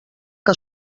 que